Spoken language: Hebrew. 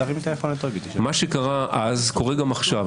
מה שקרה אז קורה גם עכשיו.